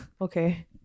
Okay